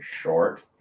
short